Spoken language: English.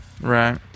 Right